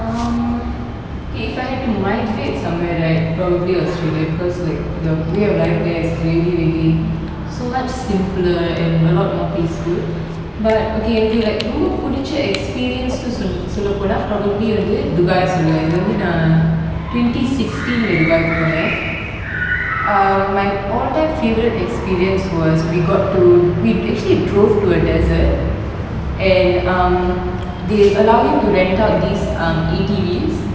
um K if I had to migrate somewhere right probably australia because like the way of life there is really really so much simpler and a lot more peaceful but okay into like எனக்கு ரொம்ப புடிச்ச:enaku romba pudicha experience னு சொல்ல போனா:nu solla pona probably வந்து:vanthu dubai னு சொல்வேன்:nu solven twenty sixteen ல துபாய் போனேன்:la dubai ponen um my all time favourite experience was we got to we actually drove to a desert and um they allow you to rent out these um A_T_Vs